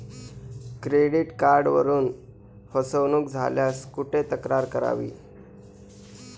Credit कार्डवरून फसवणूक झाल्यास कुठे तक्रार करावी?